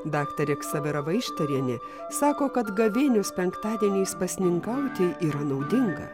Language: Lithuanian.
daktarė ksavera vaištarienė sako kad gavėnios penktadieniais pasninkauti yra naudinga